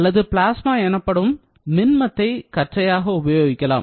அல்லது பிளாஸ்மா எனப்படும் மின்மத்தை கற்றையாக உபயோகிக்கலாம்